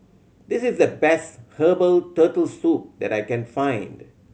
this is the best herbal Turtle Soup that I can find